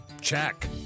check